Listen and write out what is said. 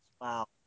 Wow